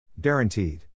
Guaranteed